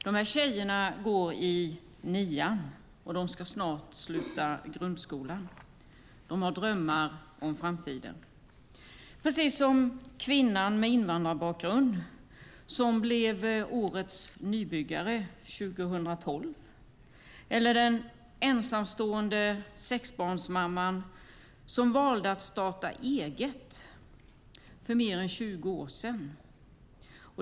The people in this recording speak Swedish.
De här tjejerna går i nian och ska snart sluta grundskolan. De har drömmar om framtiden, precis som kvinnan med invandrarbakgrund, som blev Årets nybyggare 2012, eller den ensamstående sexbarnsmamman, som valde att starta eget för mer än 20 år sedan.